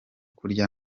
kurya